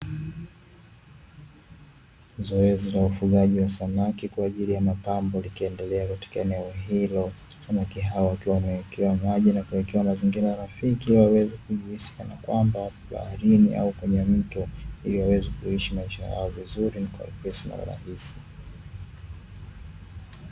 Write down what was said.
Zoezi la ufugaji wa samaki kwa ajili ya mapambo likiendelea katika eneo hilo. Samaki hao wakiwa wamewekewa maji na kuwekewa mazingira rafiki ili waweze kujihisi kana kwamba wapo baharini au kwenye mto, ili waweze kuishi maisha yao vizuri na kwa wepesi na rahisi.